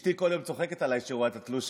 אשתי כל הזמן צוחקת עליי כשהיא רואה את התלוש,